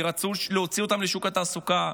כי רצו להוציא אותם לשוק התעסוקה,